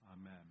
Amen